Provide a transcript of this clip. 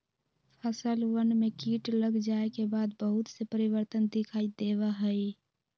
फसलवन में कीट लग जाये के बाद बहुत से परिवर्तन दिखाई देवा हई